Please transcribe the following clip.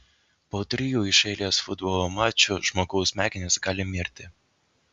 po trijų iš eilės futbolo mačų žmogaus smegenys gali mirti